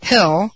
Hill